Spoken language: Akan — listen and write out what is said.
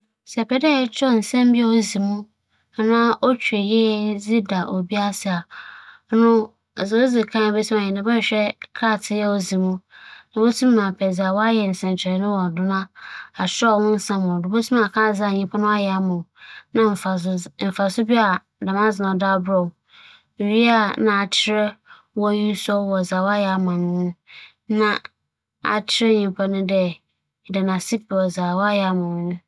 Sɛ merekyerɛw ndaase krataa dze ama obi a, adze a mebɛyɛ nye dɛ, mebedzi kan ada n'ase wͻ ͻdͻ a w'ada no edzi dze akyerɛ me na ma ama oehu mfaso a mboa a ͻdze boa me no ͻkͻree kodurii. Na ͻno ekyir no, mebɛma oehun no dɛ, ber biara no so behia mo mboa tse dɛm no, moso mobͻ boa bo pɛpɛɛpɛr.